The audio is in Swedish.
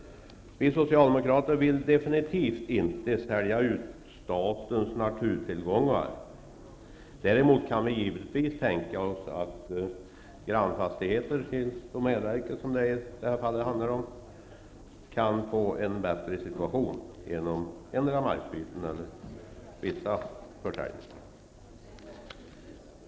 Vi socialdemokrater vill absolut inte sälja ut statens naturtillgångar. Däremot kan vi givetvis tänka oss att grannfastigheter till domänverket kan få en bättre situation genom endera markbyten eller vissa försäljningar.